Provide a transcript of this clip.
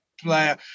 player